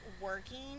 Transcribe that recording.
working